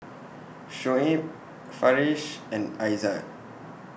Shuib Farish and Aizat